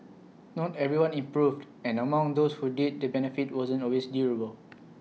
not everyone improved and among those who did the benefit wasn't always durable